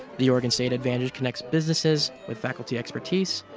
the oregon state advantage connects businesses with faculty expertise,